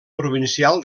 provincial